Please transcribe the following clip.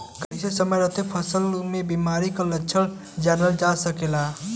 कइसे समय रहते फसल में बिमारी के लक्षण जानल जा सकेला?